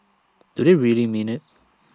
do they really mean IT